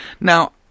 Now